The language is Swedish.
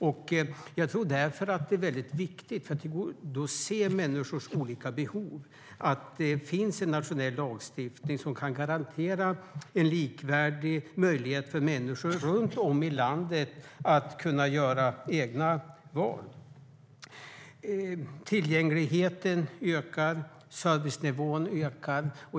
Det är därför väldigt viktigt för att se människors olika behov att det finns en nationell lagstiftning som kan garantera en likvärdig möjlighet för människor runt om i landet att kunna göra egna val. Tillgängligheten ökar och servicenivån ökar.